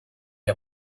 est